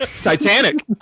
Titanic